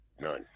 None